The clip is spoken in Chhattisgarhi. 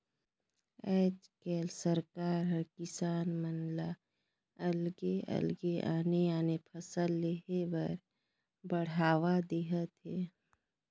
आयज कायल सरकार हर किसान मन ल अलगे अलगे आने आने फसल लेह बर बड़हावा देहत हे